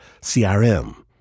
CRM